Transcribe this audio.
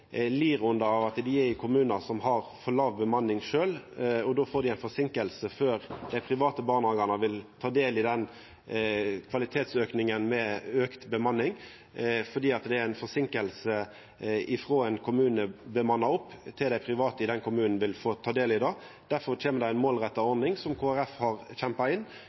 lir under at dei ligg i kommunar som sjølve har for låg bemanning. Det blir ei forseinking før dei private barnehagane får ta del i kvalitetsauken med auka bemanning, fordi kommunane må bemanna opp. Difor kjem det ei målretta ordning som Kristeleg Folkeparti har kjempa inn,